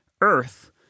earth